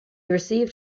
received